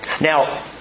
Now